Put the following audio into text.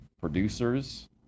producers